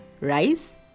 rice